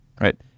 right